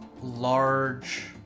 large